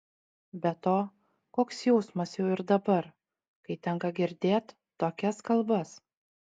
be to koks jausmas jau ir dabar kai tenka girdėt tokias kalbas